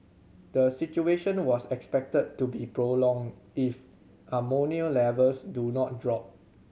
the situation was expected to be prolonged if ammonia levels do not drop